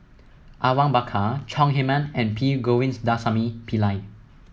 Awang Bakar Chong Heman and P Govindasamy Pillai